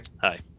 Hi